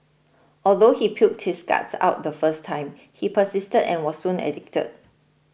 although he puked his guts out the first time he persisted and was soon addicted